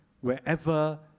wherever